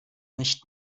nicht